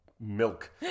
Milk